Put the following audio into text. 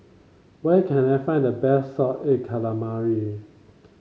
where can I find the best Salted Egg Calamari